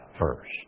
first